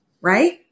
right